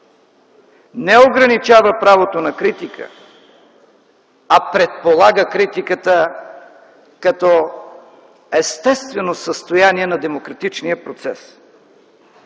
не ограничава правото на критика, а предполага критиката като естествено състояние на демократичния процес.